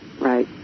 Right